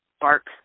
bark